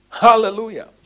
Hallelujah